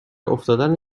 افتادن